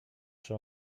czy